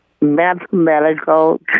mathematical